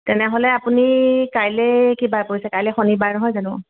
তেনেহ'লে আপুনি কাইলৈ কি বাৰ পৰিছে কাইলৈ শনিবাৰ নহয় জানো